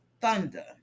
thunder